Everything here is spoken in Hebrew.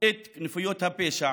את כנופיות הפשע,